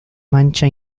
mancha